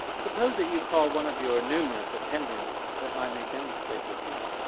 suppose that you call one of your numerous attendants that i may demonstrate with him.